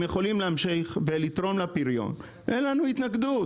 יכולים להמשיך ולתרום לפריון אין לנו התנגדות.